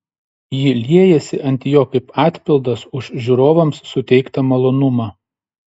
ji liejasi ant jo kaip atpildas už žiūrovams suteiktą malonumą